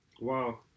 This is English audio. Wow